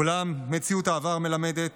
אולם מציאות העבר מלמדת